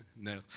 No